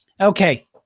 Okay